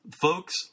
Folks